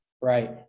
Right